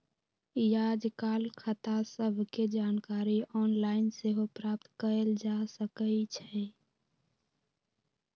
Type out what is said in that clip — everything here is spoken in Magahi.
याजकाल खता सभके जानकारी ऑनलाइन सेहो प्राप्त कयल जा सकइ छै